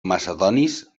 macedonis